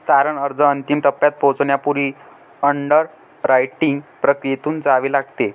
तारण अर्ज अंतिम टप्प्यात पोहोचण्यापूर्वी अंडररायटिंग प्रक्रियेतून जावे लागते